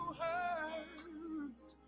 hurt